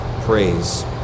praise